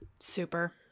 Super